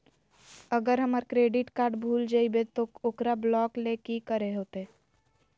अगर हमर credit card भूल जइबे तो ओकरा ब्लॉक लें कि करे होते?